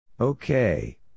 Okay